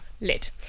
lid